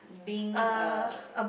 being uh